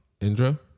Indra